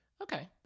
Okay